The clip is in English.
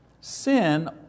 Sin